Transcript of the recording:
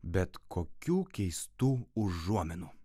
bet kokių keistų užuominų